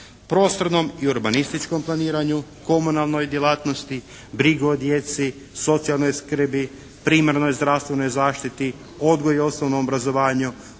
prostornom i urbanističkom planiranju, komunalnoj djelatnosti, brige o djeci, socijalnoj skrbim, primarnoj zdravstvenoj zaštiti, odgoju i osnovnom obrazovanju,